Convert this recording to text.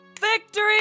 victory